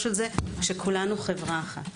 וכולנו חברה אחת.